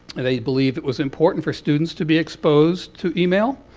and they believe it was important for students to be exposed to email,